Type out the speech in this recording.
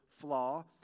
flaw